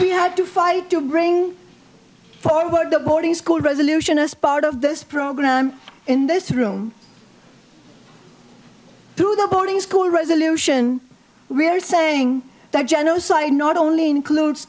we have to fight to bring forward the boarding school resolution as part of this program in this room through the boarding school resolution we are saying that genocide not only includes